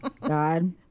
god